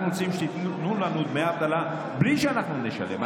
אנחנו רוצים שתיתנו לנו דמי אבטלה בלי שאנחנו נשלם.